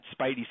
spidey